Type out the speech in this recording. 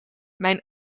mijn